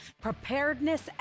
Preparedness